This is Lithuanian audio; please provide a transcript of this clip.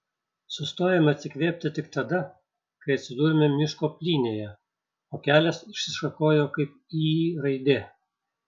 sustojome atsikvėpti tik tada kai atsidūrėme miško plynėje o kelias išsišakojo kaip y raidė